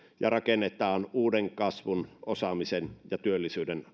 ja rakennetaan uuden kasvun osaamisen ja työllisyyden